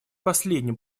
последним